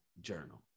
journal